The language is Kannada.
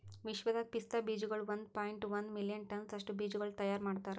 ವಿಶ್ವದಾಗ್ ಪಿಸ್ತಾ ಬೀಜಗೊಳ್ ಒಂದ್ ಪಾಯಿಂಟ್ ಒಂದ್ ಮಿಲಿಯನ್ ಟನ್ಸ್ ಅಷ್ಟು ಬೀಜಗೊಳ್ ತೈಯಾರ್ ಮಾಡ್ತಾರ್